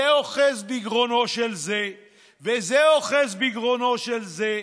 זה אוחז בגרונו של זה וזה אוחז בגרונו של זה,